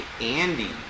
Andy